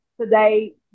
today